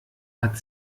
hat